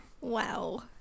Wow